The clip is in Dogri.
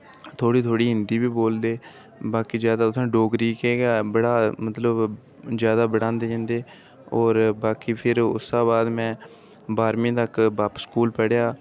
थोह्ड़ी थोह्ड़ी हिंदी बी बोलदे बाकी जादा उत्थै डोगरी च गै बड़ा मतलब जादा पढ़ांदे जंदे और बाकी फिर उस दे बाद में बाह्रमीं तक बक्ख स्कूल पढ़ेआ